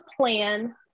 plan